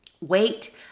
wait